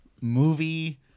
movie